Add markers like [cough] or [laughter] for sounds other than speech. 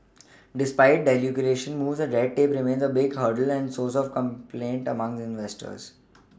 [noise] despite deregulation moves red tape remains a big hurdle and source of complaint among investors